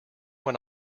when